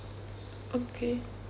okay